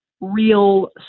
real